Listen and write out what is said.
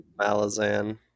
Malazan